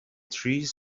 trees